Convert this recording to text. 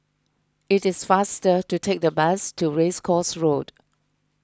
it is faster to take the bus to Race Course Road